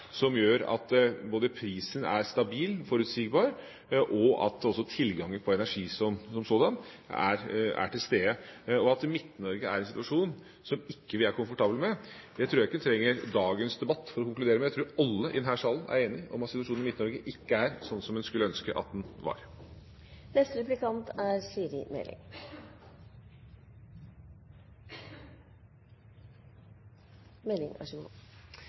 som gjør at prisen er stabil og forutsigbar, og at også tilgangen på energi som sådan er til stede. At Midt-Norge er i en situasjon som vi ikke er komfortable med, tror jeg ikke vi trenger dagens debatt for å konkludere med. Jeg tror alle i denne salen er enige om at situasjonen i Midt-Norge ikke er slik som vi skulle ønske den var.